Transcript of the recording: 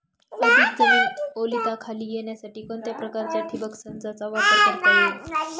अधिक जमीन ओलिताखाली येण्यासाठी कोणत्या प्रकारच्या ठिबक संचाचा वापर करता येईल?